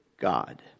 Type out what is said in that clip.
God